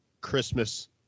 Christmas